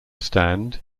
stand